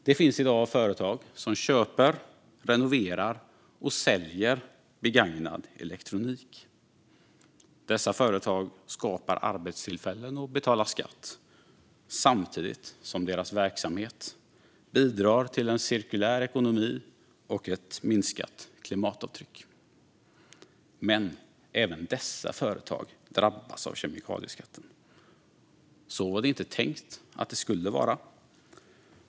Det finns i dag företag som köper, renoverar och säljer begagnad elektronik. Dessa företag skapar arbetstillfällen och betalar skatt, samtidigt som deras verksamhet bidrar till en cirkulär ekonomi och ett minskat klimatavtryck. Men även dessa företag drabbas av kemikalieskatten. Så var det inte tänkt att det skulle vara.